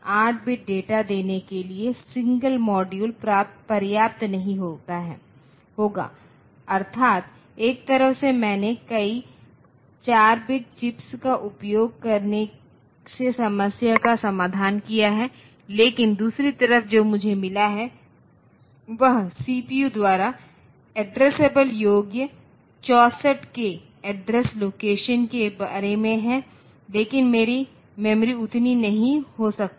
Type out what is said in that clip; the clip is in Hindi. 8 बिट डेटा देने के लिए सिंगल मॉड्यूल पर्याप्त नहीं होगा अर्थात एक तरफ से मैंने कई 4 बिट चिप्स का उपयोग करने से समस्या का समाधान किया है लेकिन दूसरी तरफ जो मुझे मिला है वह सीपीयू द्वारा एड्ड्रेस्सएब्ले योग्य 64 k अड्रेस लोकेशन के बारे में है लेकिन मेरी मेमोरी उतनी नहीं हो सकती